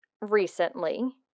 recently